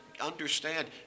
understand